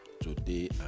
today